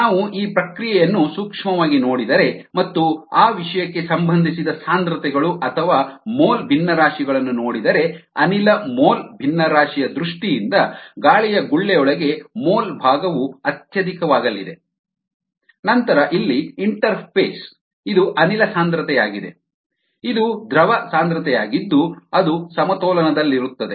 ನಾವು ಈ ಪ್ರಕ್ರಿಯೆಯನ್ನು ಸೂಕ್ಷ್ಮವಾಗಿ ನೋಡಿದರೆ ಮತ್ತು ಆ ವಿಷಯಕ್ಕೆ ಸಂಬಂಧಿಸಿದ ಸಾಂದ್ರತೆಗಳು ಅಥವಾ ಮೋಲ್ ಭಿನ್ನರಾಶಿಗಳನ್ನು ನೋಡಿದರೆ ಅನಿಲ ಮೋಲ್ ಭಿನ್ನರಾಶಿಯ ದೃಷ್ಟಿಯಿಂದ ಗಾಳಿಯ ಗುಳ್ಳೆಯೊಳಗೆ ಮೋಲ್ ಭಾಗವು ಅತ್ಯಧಿಕವಾಗಲಿದೆ ನಂತರ ಇಲ್ಲಿ ಇಂಟರ್ಫೇಸ್ ಇದು ಅನಿಲ ಸಾಂದ್ರತೆಯಾಗಿದೆ ಇದು ದ್ರವ ಸಾಂದ್ರತೆಯಾಗಿದ್ದು ಅದು ಸಮತೋಲನದಲ್ಲಿರುತ್ತದೆ